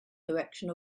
direction